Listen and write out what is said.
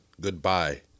goodbye